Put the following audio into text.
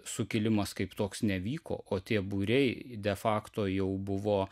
sukilimas kaip toks nevyko o tie būriai de fakto jau buvo